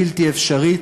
בלתי אפשרית,